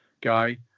guy